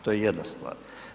To je jedna stvar.